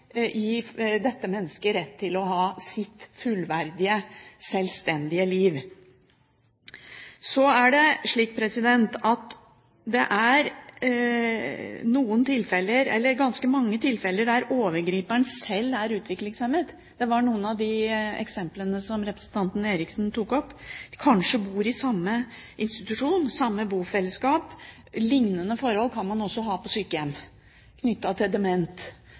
dette mennesket rett til å ha sitt fullverdige, sjølstendige liv. Så er det slik at det er ganske mange tilfeller der overgriperen sjøl er utviklingshemmet. Representanten Eriksson tok opp noen av de eksemplene. De bor kanskje i samme institusjon, i samme bofellesskap. Liknende forhold kan man også ha på sykehjem, knyttet til